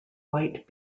white